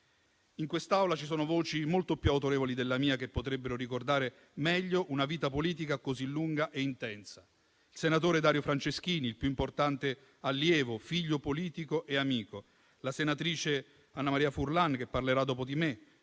In quest'Aula ci sono voci molto più autorevoli della mia che potrebbero ricordare meglio una vita politica così lunga e intensa: il senatore Dario Franceschini, il più importante allievo, figlio politico e amico, la senatrice Annamaria Furlan che parlerà dopo di me,